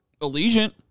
Allegiant